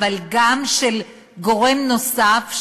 אבל גם של גורם נוסף,